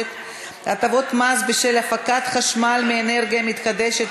(הטבות מס בשל הפקת חשמל מאנרגיה מתחדשת,